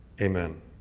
Amen